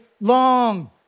long